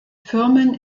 firmen